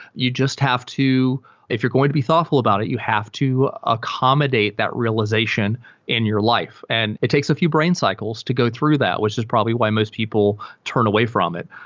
you just have to if you're going be thoughtful about it, you have to accommodate that realization in your life, and it takes a few brain cycles to go through that, which is probably why most people turn away from it.